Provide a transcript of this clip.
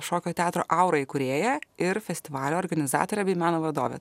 šokio teatro aura įkūrėja ir festivalio organizatorė bei meno vadovė